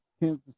Kansas